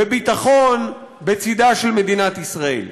בביטחון, בצדה של מדינת ישראל.